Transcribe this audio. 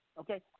Okay